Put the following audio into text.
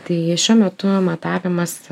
tai šiuo metu matavimas